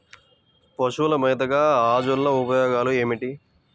పశువుల మేతగా అజొల్ల ఉపయోగాలు ఏమిటి?